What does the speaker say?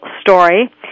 story